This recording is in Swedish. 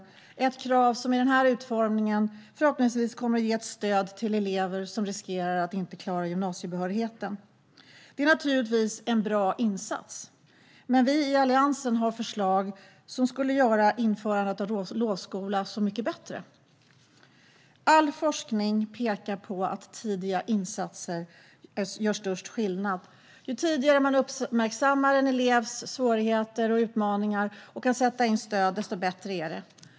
Det är ett krav som i den här utformningen förhoppningsvis kommer att ge ett stöd för elever som riskerar att inte klara gymnasiebehörigheten. Det är naturligtvis en bra insats, men vi i Alliansen har förslag som skulle göra införandet av lovskola så mycket bättre. All forskning pekar på att tidiga insatser gör störst skillnad. Ju tidigare man uppmärksammar en elevs svårigheter och utmaningar och kan sätta in stöd, desto bättre är det.